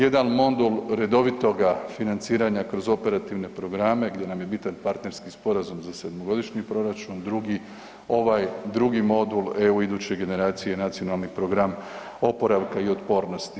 Jedan modul redovitoga financiranja kroz operativne programe gdje nam je bitan partnerski sporazum za sedmogodišnji proračun, ovaj drugi modul eu iduće generacije nacionalni program oporavka i otpornosti.